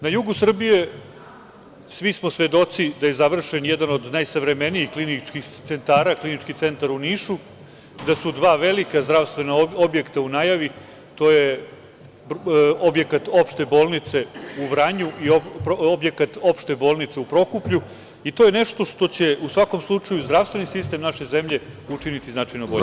Na jugu Srbije, svi smo svedoci da je završen jedan od najsavremenijih kliničkih centara, Klinički centar u Nišu, da su dva velika zdravstvena objekta u najavi, to je objekat opšte bolnice u Vranju i objekat opšte bolnice u Prokuplju i to je nešto što će u svakom slučaju zdravstveni sistem naše zemlje učiniti značajno boljim.